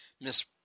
Miss